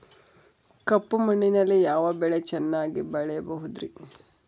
ಕಪ್ಪು ಮಣ್ಣಿನಲ್ಲಿ ಯಾವ ಬೆಳೆ ಚೆನ್ನಾಗಿ ಬೆಳೆಯಬಹುದ್ರಿ?